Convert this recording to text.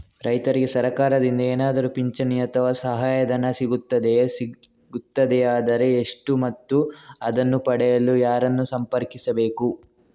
ರೈತರಿಗೆ ಸರಕಾರದಿಂದ ಏನಾದರೂ ಪಿಂಚಣಿ ಅಥವಾ ಸಹಾಯಧನ ಸಿಗುತ್ತದೆಯೇ, ಸಿಗುತ್ತದೆಯಾದರೆ ಎಷ್ಟು ಮತ್ತು ಅದನ್ನು ಪಡೆಯಲು ಯಾರನ್ನು ಸಂಪರ್ಕಿಸಬೇಕು?